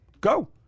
Go